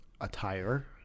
attire